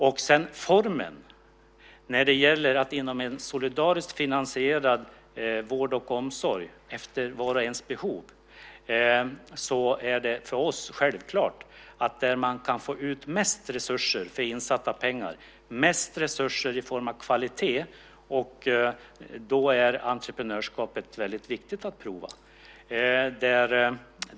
När det sedan gäller formen för en solidariskt finansierad vård och omsorg efter vars och ens behov är det för oss självklart att se var man kan få ut mest resurser i form av kvalitet för insatta pengar, och då är entreprenörskapet väldigt viktigt att prova.